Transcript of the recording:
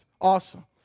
Awesome